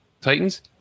Titans